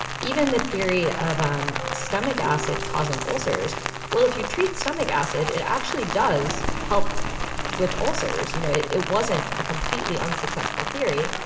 even the theory of um stomach acid causing ulcers well, if you treat stomach acid, it actually does help with ulcers. you know, it it wasn't a completely unsuccessful theory.